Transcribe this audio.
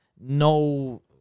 no